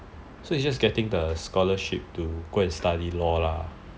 so he's just getting the scholarship to go and study law lah